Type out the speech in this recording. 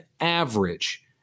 average